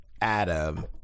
Adam